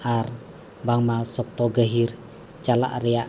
ᱟᱨ ᱵᱟᱝᱢᱟ ᱥᱚᱠᱛᱚ ᱜᱟᱹᱦᱤᱨ ᱪᱟᱞᱟᱜ ᱨᱮᱭᱟᱜ